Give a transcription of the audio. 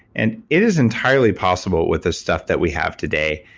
and it is entirely possible with the stuff that we have today.